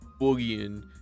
boogieing